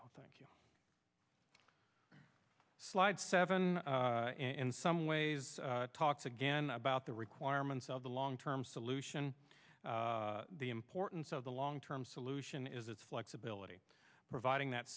thank you slide seven in some ways talked again about the requirements of the long term solution the importance of the long term solution is its flexibility providing that